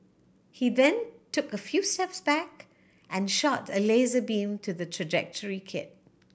he then took a few steps back and shot a laser beam to the trajectory kit